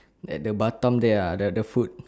at the batam there ah the the food